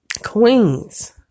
Queens